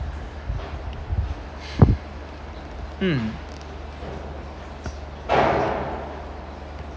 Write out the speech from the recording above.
mm